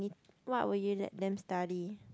what will you let them study